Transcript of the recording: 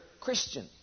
Christian